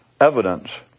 evidence